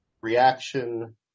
reaction